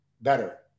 better